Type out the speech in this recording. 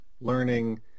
learning